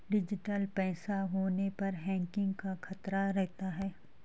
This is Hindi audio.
डिजिटल पैसा होने पर हैकिंग का खतरा रहता है